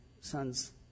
son's